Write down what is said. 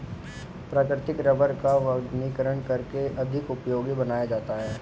प्राकृतिक रबड़ का वल्कनीकरण करके अधिक उपयोगी बनाया जाता है